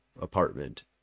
apartment